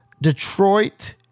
detroit